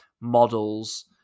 models